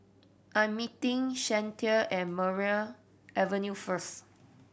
I'm meeting Shantell at Maria Avenue first